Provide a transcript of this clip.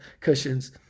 cushions